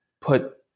put